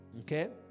okay